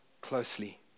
closely